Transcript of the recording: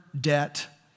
debt